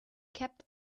kept